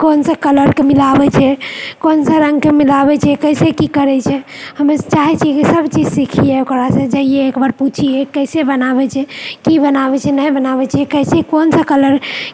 कोनसँ कलरके मिलाबैत छै कोनसँ रङ्गके मिलाबैत छै कैसे कि करैत छै हमे चाहे छियै कि सभ चीज सिखियै ओकरासँ जइयै एक बार पुछियै कैसे बनाबैत छै कि बनाबैत छै नहि बनाबैत छै कैसे कोनसँ कलर